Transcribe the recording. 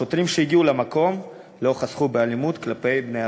השוטרים שהגיעו למקום לא חסכו באלימות כלפי בני-הזוג.